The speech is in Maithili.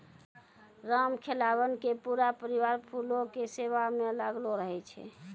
रामखेलावन के पूरा परिवार फूलो के सेवा म लागलो रहै छै